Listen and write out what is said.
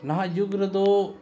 ᱱᱟᱦᱟᱜ ᱡᱩᱜᱽ ᱨᱮᱫᱚ